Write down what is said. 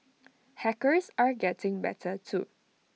hackers are getting better too